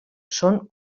són